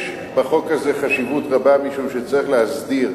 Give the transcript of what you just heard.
יש בחוק הזה חשיבות רבה, משום שצריך להסדיר,